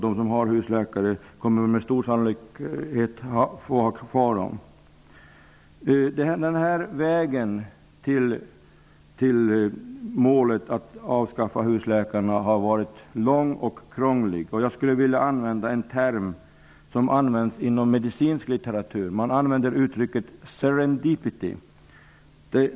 De som har husläkare kommer med stor sannolikhet att ha dem kvar. Vägen till målet att avskaffa husläkarna har varit lång och krånglig. Jag skulle vilja använda en term som används inom medicinsk litteratur, nämligen serendipity.